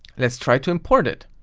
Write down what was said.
let's try to import it.